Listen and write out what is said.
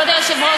כבוד היושב-ראש,